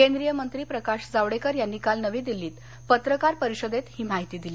केंद्रीय मंत्री प्रकाश जावडेकर यांनी काल नवी दिल्लीत पत्रकार परिषदेत ही माहिती दिली